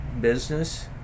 business